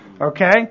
okay